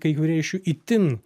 kai kurie iš jų itin